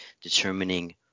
determining